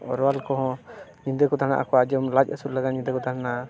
ᱟᱨᱣᱟᱞ ᱠᱚᱦᱚᱸ ᱧᱤᱫᱟᱹ ᱠᱚ ᱫᱟᱲᱟᱜ ᱟᱠᱚ ᱟᱨ ᱧᱤᱫᱟᱹ ᱠᱚ ᱛᱟᱦᱮᱱᱟ